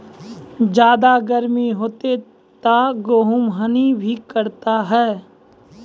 ज्यादा गर्म होते ता गेहूँ हनी भी करता है?